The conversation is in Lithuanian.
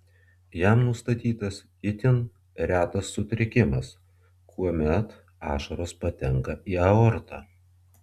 jam nustatytas itin retas sutrikimas kuomet ašaros patenka į aortą